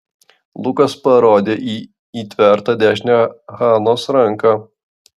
lukas parodė į įtvertą dešinę hanos ranką